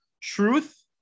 Truth